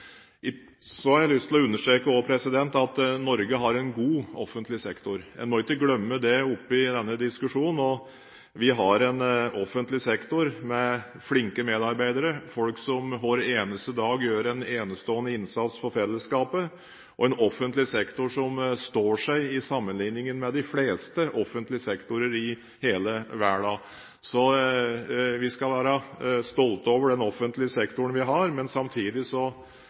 har også lyst til å understreke at Norge har en god offentlig sektor. En må ikke glemme det oppi denne diskusjonen. Vi har en offentlig sektor med flinke medarbeidere, folk som hver eneste dag gjør en enestående innsats for fellesskapet, og en offentlig sektor som står seg i sammenligning med de fleste offentlige sektorer i hele verden. Så vi skal være stolte over den offentlige sektoren vi har, men samtidig